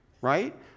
right